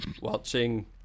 watching